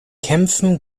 kämpfen